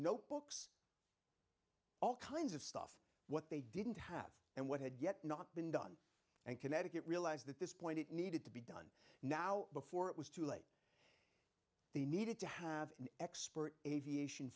notebooks all kinds of stuff what they didn't have and what had yet not been done and connecticut realized that this point it needed to be done now before it was too late they needed to have an expert aviation